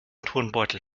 turnbeutel